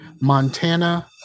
Montana